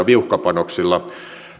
viuhkapanoksilla